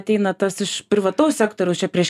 ateina tas iš privataus sektoriaus čia prieš